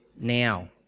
now